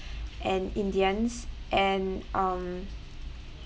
and indians and um